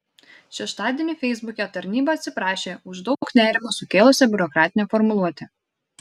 šeštadienį feisbuke tarnyba atsiprašė už daug nerimo sukėlusią biurokratinę formuluotę